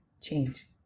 change